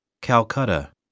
Calcutta